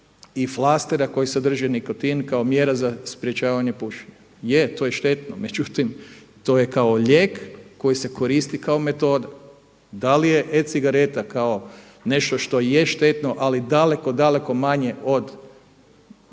i flastera koji sadrže nikotin kao mjera za sprječavanje pušenja. Je, to je štetno međutim to je kao lijek koji se koristi kao metoda. Da li je e-cigareta kao nešto što je štetno ali daleko, dakle manje od